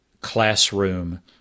classroom